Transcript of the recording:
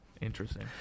Interesting